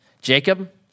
Jacob